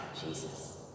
Jesus